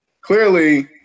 Clearly